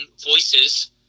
Voices